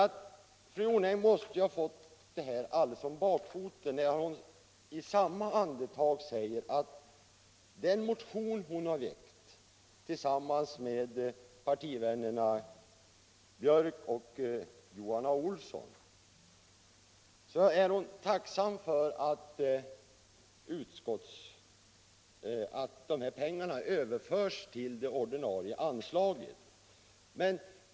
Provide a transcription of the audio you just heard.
Men fru Jonäng måste ju ha fått saken alldeles om bakfoten när hon i samma andetag säger att hon är tacksam för att de medel hon tagit upp i en motion tillsammans med partivännerna herrar Björk i Gävle och Johan A. Olsson överförs till det ordinarie anslaget.